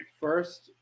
first